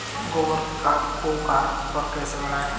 गोबर की खाद को घर पर कैसे बनाएँ?